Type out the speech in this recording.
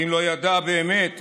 ואם לא ידע באמת,